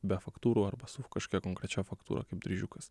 be faktūrų arba su kažkokia konkrečia faktūra kaip dryžiukas